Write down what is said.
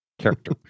Character